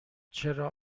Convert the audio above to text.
چرا